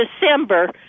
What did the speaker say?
December